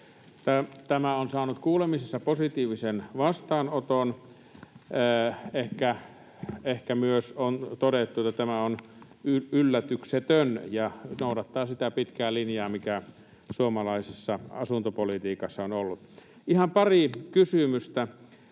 Tämä on saanut kuulemisissa positiivisen vastaanoton, ehkä on myös todettu, että tämä on yllätyksetön ja noudattaa sitä pitkää linjaa, mikä suomalaisessa asuntopolitiikassa on ollut. Ihan pari kysymystä: